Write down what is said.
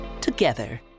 together